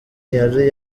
yari